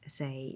say